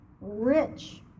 rich